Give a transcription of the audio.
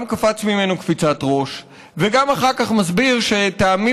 גם קפץ ממנו קפיצת ראש וגם אחר כך מסביר שטעמים